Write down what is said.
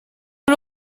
you